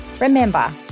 remember